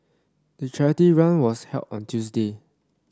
the charity run was held on Tuesday